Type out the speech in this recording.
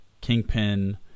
kingpin